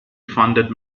funded